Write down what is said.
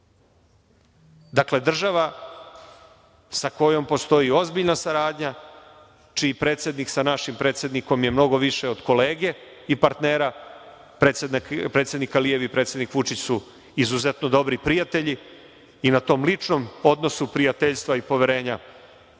kaže. Dakle, država sa kojom postoji ozbiljna saradnja, čiji predsednik sa našim predsednikom je mnogo više od kolege i partnera. Predsednik Alijev i predsednik Vučić su izuzetno dobri prijatelji i na tom ličnom odnosu prijateljstva i poverenja